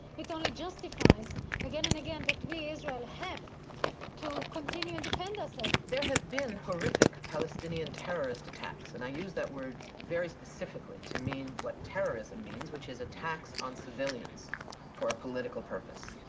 it only justifies again and again that we, israel, have to continue to and defend ourselves. there have been horrific palestinian terrorist attacks, and i use that word very specifically to mean what terrorism means, which is attacks on civilians for a political purpose.